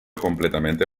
completamente